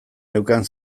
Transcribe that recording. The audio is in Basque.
neukan